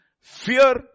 fear